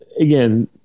again